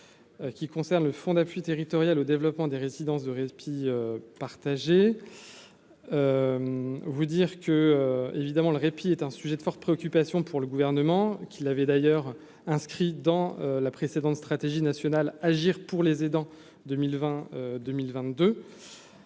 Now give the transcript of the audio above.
qui concerne le fond d'appui territoriale, au développement des résidences de répit, partagez-vous dire que évidemment le répit est un sujet de forte préoccupation pour le gouvernement, qui l'avait d'ailleurs inscrit dans la précédente stratégie nationale, agir pour les aidants 2020, 2022